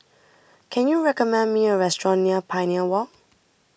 can you recommend me a restaurant near Pioneer Walk